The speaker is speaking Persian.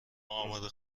آماده